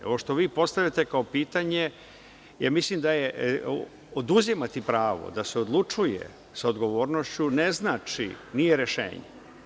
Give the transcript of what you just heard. Ovo što vi postavljate kao pitanje, mislim da oduzimati pravo da se odlučuje sa odgovornošću, ne znači, nije rešenje.